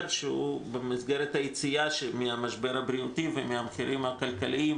שהוא במסגרת היציאה מהמשבר הבריאותי ומהמחירים הכלכליים